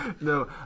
No